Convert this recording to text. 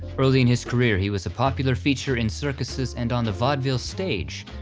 early in his career he was a popular feature in circuses and on the vaudeville stage,